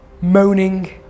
moaning